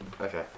Okay